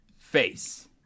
face